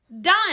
done